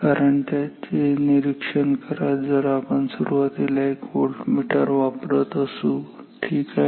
कारण त्याचे निरीक्षण करा जर आपण सुरुवातीला एक व्होल्टमीटर वापरत असू ठीक आहे